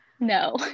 no